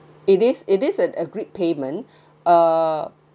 it is it is an agreed payment uh